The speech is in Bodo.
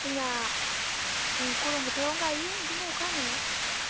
जोंना गरम बोथोरावनो गायो बिदिनो अखा हानायाव